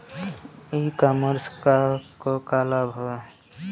ई कॉमर्स क का लाभ ह?